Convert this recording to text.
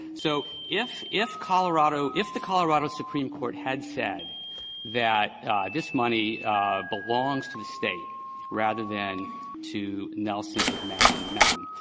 so if if colorado if the colorado supreme court had said that this money belongs to the state rather than to nelson and madden madden,